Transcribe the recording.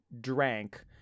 drank